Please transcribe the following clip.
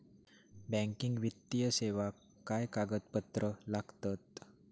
Banking वित्तीय सेवाक काय कागदपत्र लागतत?